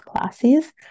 classes